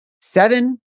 Seven